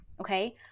okay